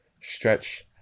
stretch